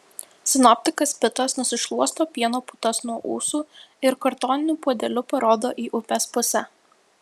sinoptikas pitas nusišluosto pieno putas nuo ūsų ir kartoniniu puodeliu parodo į upės pusę